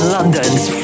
London's